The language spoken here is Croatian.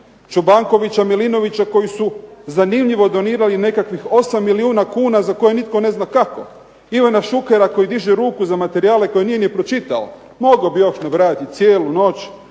Čobankovića, Milinovića koji su zanimljivo donirali nekakvih 8 milijuna kuna za koje nitko ne zna kako; Ivana Šukera koji diže ruku za materijale koje nije ni pročitao. Mogao bih još nabrajati cijelu noć,